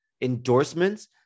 endorsements